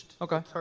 Okay